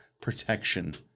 protection